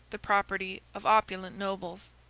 the property of opulent nobles.